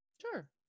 Sure